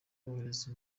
kohereza